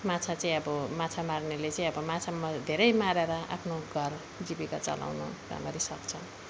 माछा चाहिँ अब माछा मार्नेले चाहिँ अब माछामा धेरै मारेर आफ्नो घर जीविका चलाउन राम्ररी सक्छ